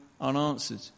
unanswered